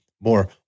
more